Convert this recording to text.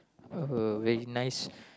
uh very nice